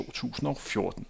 2014